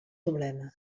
problema